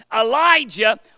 Elijah